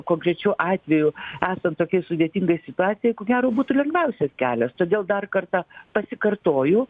konkrečiu atveju esant tokiai sudėtingai situacijai ko gero būtų lengviausias kelias todėl dar kartą pasikartoju